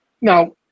Now